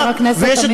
חבר הכנסת אמיר אוחנה.